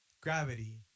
Gravity